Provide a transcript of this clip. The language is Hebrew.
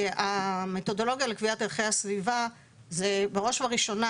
המתודולוגיה לקביעת ערכי הסביבה זה בראש ובראשונה